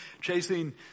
chasing